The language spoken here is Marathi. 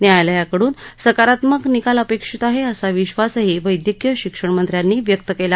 न्यायालयाकडून सकारात्मक निकाल अपेक्षित आहे असा विश्वासही वद्यक्कीय शिक्षण मंत्र्यांनी व्यक्त केला